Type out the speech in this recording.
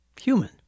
human